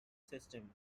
system